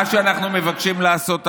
מה שאנחנו מבקשים לעשות עכשיו: